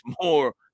more